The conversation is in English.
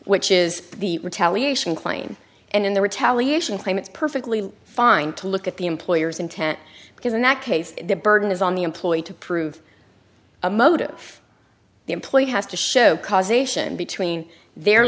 which is the retaliation claim and in the retaliation claim it's perfectly fine to look at the employer's intent because in that case the burden is on the employee to prove a motive the employee has to show causation between their